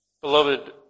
Beloved